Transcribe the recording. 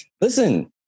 Listen